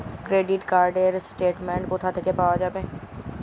Credit card র statement কোথা থেকে পাওয়া যাবে?